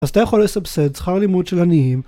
אז אתה יכול לסבסד שכר לימוד של עניים